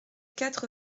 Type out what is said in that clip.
quatre